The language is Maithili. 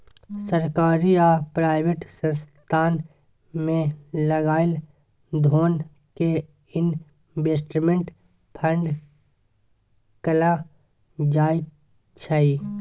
सरकारी आ प्राइवेट संस्थान मे लगाएल धोन कें इनवेस्टमेंट फंड कहल जाय छइ